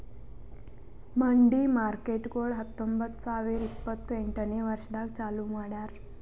ಮಂಡಿ ಮಾರ್ಕೇಟ್ಗೊಳ್ ಹತೊಂಬತ್ತ ಸಾವಿರ ಇಪ್ಪತ್ತು ಎಂಟನೇ ವರ್ಷದಾಗ್ ಚಾಲೂ ಮಾಡ್ಯಾರ್